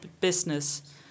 business